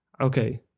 Okay